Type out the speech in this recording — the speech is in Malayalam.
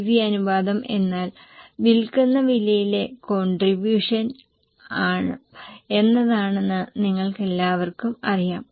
PV അനുപാതം എന്നാൽ വിൽക്കുന്ന വിലയിലെ കോണ്ട്രിബൂഷൻ എന്നതാണെന്ന് നിങ്ങൾക്കെല്ലാവർക്കും അറിയാം